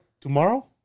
tomorrow